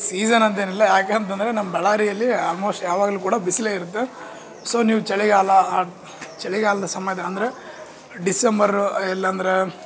season ಅಂತೇನೂ ಇಲ್ಲ ಯಾಕೆಂತಂದ್ರೆ ನಮ್ಮ ಬಳ್ಳಾರಿಯಲ್ಲಿ ಆಲ್ ಮೋಸ್ಟ್ ಯಾವಾಗಲು ಕೂಡ ಬಿಸಿಲೇ ಇರತ್ತೆ ಸೋ ನೀವು ಚಳಿಗಾಲ ಅತ್ತ ಚಳಿಗಾಲದ ಸಮಯದ ಅಂದರೆ ಡಿಸೆಂಬರ್ರು ಇಲ್ಲಂದ್ರೆ